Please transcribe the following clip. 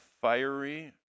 fiery